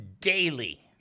Daily